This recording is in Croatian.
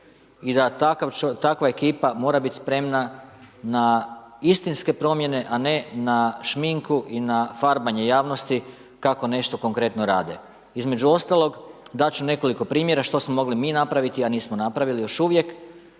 i da takva ekipa mora biti spremna na istinske promjene a ne na šminku i na farbanje javnosti kako nešto konkretno rade. Između ostalog, dat ću nekoliko primjera što smo mogli mi napraviti a nismo napravili još uvijek,